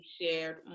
shared